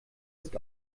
ist